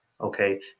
okay